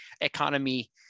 economy